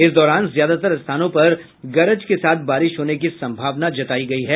इस दौरान ज्यादातर स्थानों पर गरज के साथ बारिश होने की संभावना जतायी गयी है